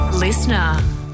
Listener